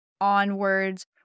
onwards